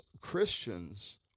Christians